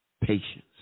patience